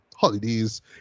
holidays